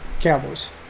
Cowboys